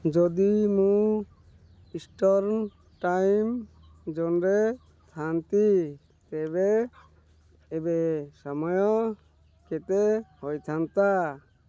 ଯଦି ମୁଁ eastern time ଜୋନ୍ରେ ଥାଆନ୍ତି ତେବେ ଏବେ ସମୟ କେତେ ହୋଇଥାନ୍ତା